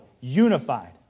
unified